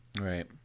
Right